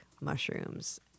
mushrooms